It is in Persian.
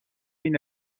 این